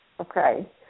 okay